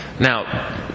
Now